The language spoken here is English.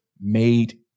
made